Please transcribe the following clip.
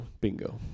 Bingo